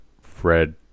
fred